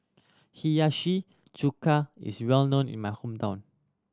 Hiyashi Chuka is well known in my hometown